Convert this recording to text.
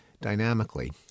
dynamically